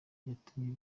yatumye